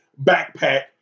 backpack